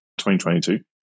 2022